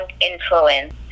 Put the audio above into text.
influence